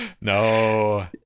No